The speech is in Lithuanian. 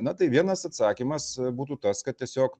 na tai vienas atsakymas būtų tas kad tiesiog